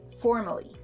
formally